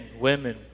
women